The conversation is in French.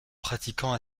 pratiquant